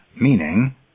meaning